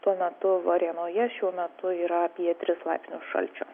tuo metu varėnoje šiuo metu yra apie tris laipsnius šalčio